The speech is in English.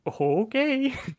okay